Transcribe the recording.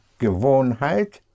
gewohnheit